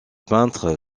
peintre